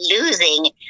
losing